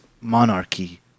monarchy